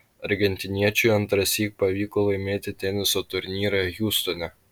argentiniečiui antrąsyk pavyko laimėti teniso turnyrą hjustone